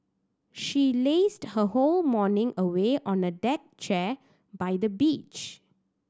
she lazed her whole morning away on a deck chair by the beach